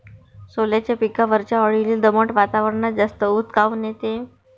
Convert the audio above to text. सोल्याच्या पिकावरच्या अळीले दमट वातावरनात जास्त ऊत काऊन येते?